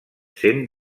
sent